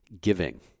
giving